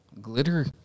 Glitter